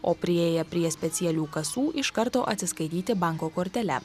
o priėję prie specialių kasų iš karto atsiskaityti banko kortele